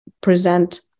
present